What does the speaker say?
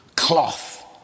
cloth